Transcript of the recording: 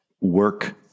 work